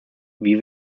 wie